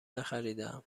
نخریدهام